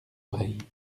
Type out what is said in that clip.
oreilles